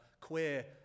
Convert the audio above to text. queer